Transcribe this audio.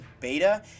Beta